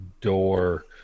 door